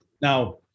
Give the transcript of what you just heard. Now